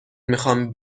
میخوام